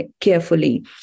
carefully